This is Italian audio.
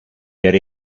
per